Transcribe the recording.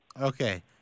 Okay